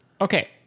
okay